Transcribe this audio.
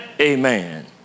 Amen